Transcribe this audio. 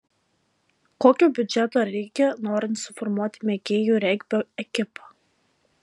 kokio biudžeto reikia norint suformuoti mėgėjų regbio ekipą